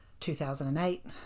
2008